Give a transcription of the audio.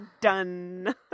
Done